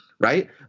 Right